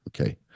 Okay